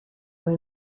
were